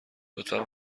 لطفا